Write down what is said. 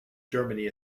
germany